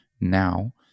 now